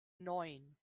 neun